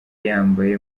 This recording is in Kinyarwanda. yambaye